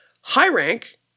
high-rank